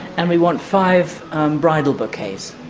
and we want five bridal bouquets.